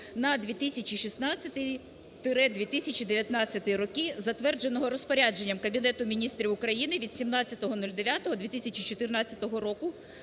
на 2016-2019 роки, затвердженого розпорядженням Кабінету Міністрів України від 17.09.2014 року